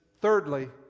thirdly